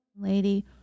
lady